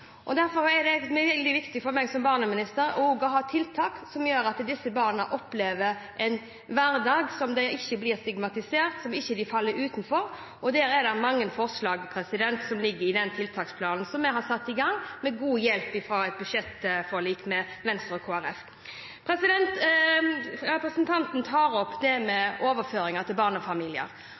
Derfor er det veldig viktig for meg som barneminister også å ha tiltak som gjør at disse barna opplever en hverdag der de ikke blir stigmatisert, der de ikke faller utenfor. Det er mange forslag som ligger i den tiltaksplanen som vi har satt i gang, med god hjelp av budsjettforliket med Venstre og Kristelig Folkeparti. Representanten tar opp overføringer til barnefamilier. Det er gode overføringer til